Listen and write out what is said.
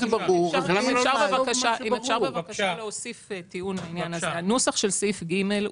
התיקון בסעיף 6 דיבר